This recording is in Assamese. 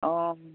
অঁ